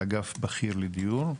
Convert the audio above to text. באגף בכיר לדיור.